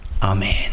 Amen